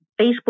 Facebook